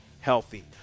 healthy